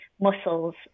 muscles